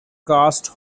cast